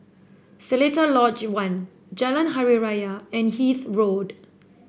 Seletar Lodge One Jalan Hari Raya and Hythe Road